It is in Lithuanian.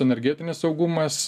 energetinis saugumas